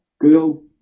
girl